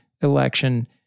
election